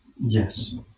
Yes